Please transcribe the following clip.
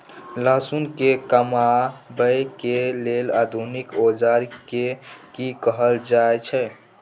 लहसुन के कमाबै के लेल आधुनिक औजार के कि कहल जाय छै?